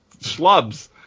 schlubs